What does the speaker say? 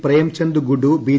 Premchand goods B